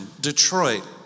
Detroit